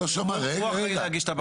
הוא אחראי על להגיש את הבקשה.